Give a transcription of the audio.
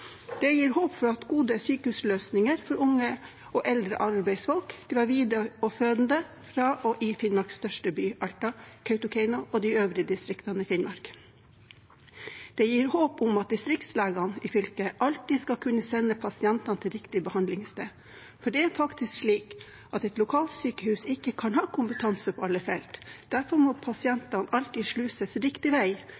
Det gir håp for gode sykehusløsninger for unge og eldre, arbeidsfolk, gravide og fødende, fra og i Finnmarks største by, Alta, Kautokeino og de øvrige distriktene i Finnmark. Det gir håp om at distriktslegene i fylket alltid skal kunne sende pasientene til riktig behandlingssted. For det er faktisk slik at et lokalsykehus ikke kan ha kompetanse på alle felt. Derfor må